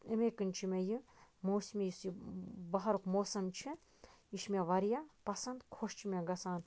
اَمے کَنۍ چھُ مےٚ یہِ موسَم یُس یہِ بَہارُک موسَم چھُ یہِ چھُ مےٚ واریاہ پَسند خۄش چھُ مےٚ گژھان